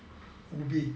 ubi